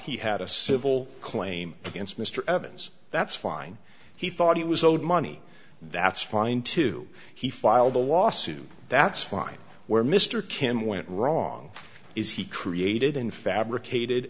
he had a civil claim against mr evans that's fine he thought he was owed money that's fine too he filed a lawsuit that's why where mr kim went wrong is he created in fabricated